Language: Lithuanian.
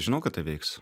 žinau kad tai veiks